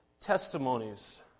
testimonies